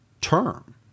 term